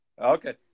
Okay